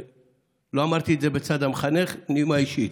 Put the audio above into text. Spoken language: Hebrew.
לא אמרתי את זה בצד המחנך אלא בנימה אישית.